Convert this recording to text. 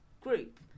group